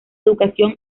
educación